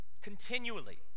Continually